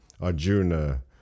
Arjuna